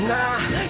Nah